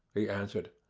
he answered.